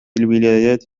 الولايات